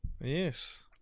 yes